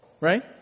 Right